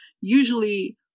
Usually